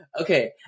Okay